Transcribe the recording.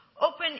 Open